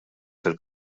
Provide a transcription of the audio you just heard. fil